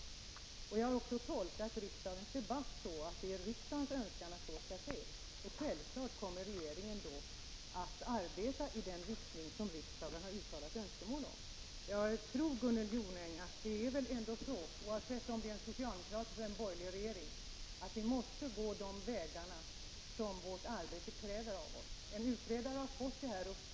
Jag har också tolkat riksdagens debatt så att det är riksdagens önskan att så skall ske. Självfallet kommer regeringen att arbeta i den riktning som riksdagen uttalat önskemål om.